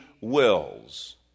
wills